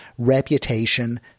reputation